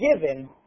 given